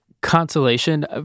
consolation